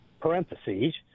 parentheses